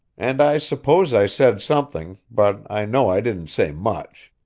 and i suppose i said something, but i know i didn't say much.